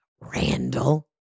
Randall